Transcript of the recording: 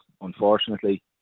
unfortunately